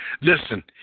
Listen